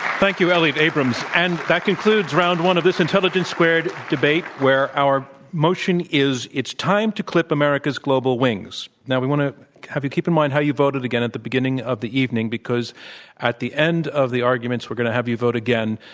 thank you, elliott abrams. and that concludes round one of this intelligence squared debate where our motion is it's time to clip america's global wings. now we want to have you keep in mind how you voted again at the beginning of the evening because at the end of the arguments, we're going to have you vote again.